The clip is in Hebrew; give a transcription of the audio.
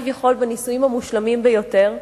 הנישואין המושלמים ביותר כביכול,